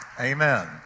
Amen